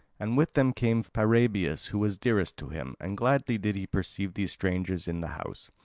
and with them came paraebius, who was dearest to him, and gladly did he perceive these strangers in the house.